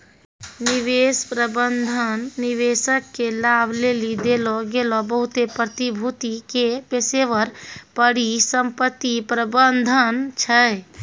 निवेश प्रबंधन निवेशक के लाभ लेली देलो गेलो बहुते प्रतिभूति के पेशेबर परिसंपत्ति प्रबंधन छै